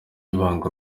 ibanga